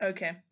Okay